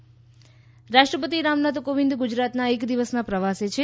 રાષ્ટ્રપતિ વડોદરા રાષ્ટ્રપતિ રામનાથ કોવિંદ ગુજરાતના એક દિવસના પ્રવાસે છે